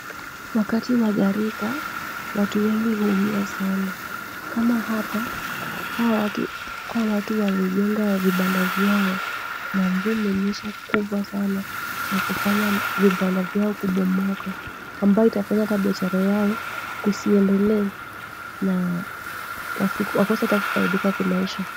Wakati wa gharika, watu wengi huumia sana kama hapa, hawa watu walijenga vibanda vyao na mvua imenyesha kubwa sana na kufanya vibanda vyao kubomoka ambayo itafanya biashara yao isiendelee na wakose hata kufaidika kimaisha.